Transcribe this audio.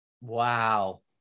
Wow